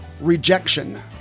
Rejection